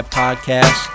podcast